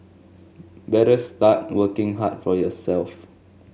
better start working hard for yourself